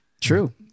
true